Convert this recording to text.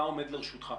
מה עומד לרשותך?